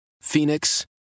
Phoenix